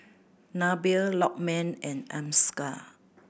Nabil Lokman and Amsyar